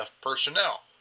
personnel